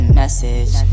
message